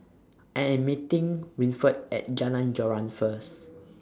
I Am meeting Winford At Jalan Joran First